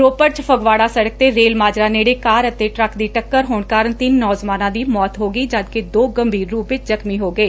ਰੋਪੜ ਚ ਫਗਵਾੜਾ ਸੜਕ ਕੇ ਰੈਲ ਮਾਜਰਾ ਨੇੜੇ ਕਾਰ ਅਤੇ ਟਰੱਕ ਦੀ ਟੱਕਰ ਹੋ ਕਾਰਨ ਤਿੰਨ ਨੌਜਵਾਨਾਂ ਦੀ ਮੌਤ ਹੋ ਗਈ ਜਦਕਿ ਦੋ ਗੰਭੀਰ ਰੁਪ ਵਿਚ ਜ਼ਖ਼ਮੀ ਹੋ ਗਏ